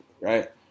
right